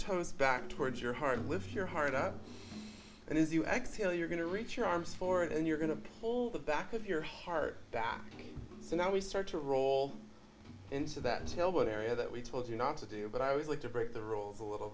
toes back towards your heart and lift your heart out and as you exhale you're going to reach your arms for it and you're going to pull the back of your heart back so now we start to roll into that until one area that we told you not to do but i would like to break the rules a little